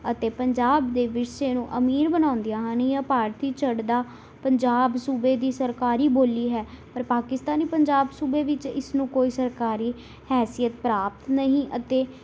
ਅਤੇ ਪੰਜਾਬ ਦੇ ਵਿਰਸੇ ਨੂੰ ਅਮੀਰ ਬਣਾਉਂਦੀਆਂ ਹਨ ਇਹ ਭਾਰਤੀ ਚੜ੍ਹਦਾ ਪੰਜਾਬ ਸੂਬੇ ਦੀ ਸਰਕਾਰੀ ਬੋਲੀ ਹੈ ਪਰ ਪਾਕਿਸਤਾਨੀ ਪੰਜਾਬ ਸੂਬੇ ਵਿੱਚ ਇਸਨੂੰ ਕੋਈ ਸਰਕਾਰੀ ਹੈਸੀਅਤ ਪ੍ਰਾਪਤ ਨਹੀਂ ਅਤੇ